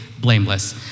blameless